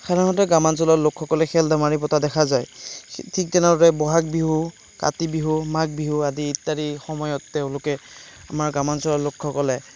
সাধাৰণতে গ্ৰামাঞ্চলৰ লোকসকলে খেল ধেমালি পতা দেখা যায় ঠিক তেনেদৰে ব'হাগ বিহু কাতি বিহু মাঘ বিহু আদি ইত্যাদি সময়ত তেওঁলোকে আমাৰ গ্ৰামাঞ্চলৰ লোকসকলে